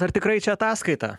ar tikrai čia ataskaita